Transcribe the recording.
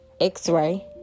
x-ray